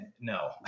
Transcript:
No